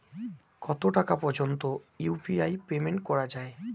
কত টাকা পর্যন্ত ইউ.পি.আই পেমেন্ট করা যায়?